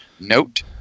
note